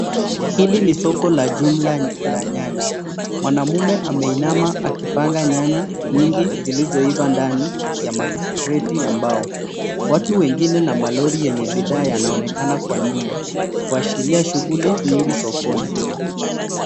Hili ni soko la jumla la nyanya, mwanaume ameinama akipanda nyanya nyingi zilizoiva ndani ya makreti ya mbao, watu wengine na malori yenye bidhaa yanaonekana kwa nyuma kuashiria shughuli nyingi sokoni.